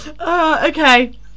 Okay